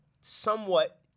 somewhat